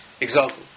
Example